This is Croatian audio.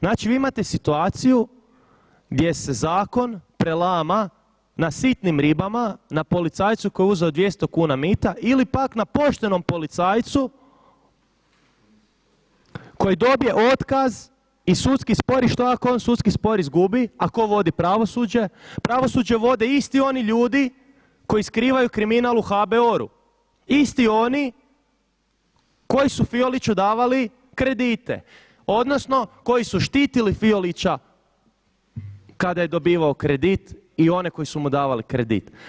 Znači vi imate situaciju gdje se zakon prelama na sitnim ribama, na policajcu koji je uzeo 200 kuna mita ili pak na poštenom policajcu koji dobije otkaz i sudski spor, i što ako on sudski spor izgubi a ko vodi pravosuđe, pravosuđe vode isti oni ljudi koji skrivaju kriminal u HBOR-u, isti oni koji su Fioliću davali kredite, odnosno koji su štitili Fiolića kada je dobivao kredit i one koji su mu davali kredit.